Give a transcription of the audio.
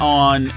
on